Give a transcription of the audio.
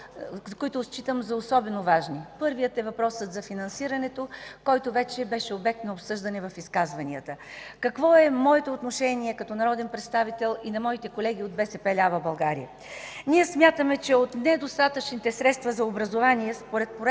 които считам за особено важни. Първият е въпросът за финансирането, което вече беше обект на обсъждане в изказванията. Какво е моето отношение като народен представител и на моите колеги от БСП лява България? Ние смятаме, че от недостатъчните средства за образование,